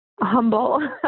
humble